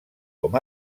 com